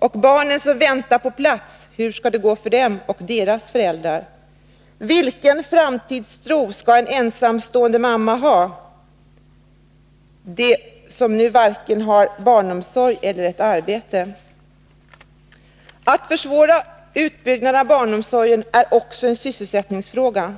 Och barnen som väntar på plats — hur skall det gå för dem och deras föräldrar? Vilken framtidstro skall en ensamstående mamma ha, som nu varken har barnomsorg eller ett arbete? Att försvåra utbyggnaden av barnomsorgen är också en sysselsättningsfråga.